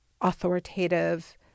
authoritative